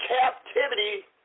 captivity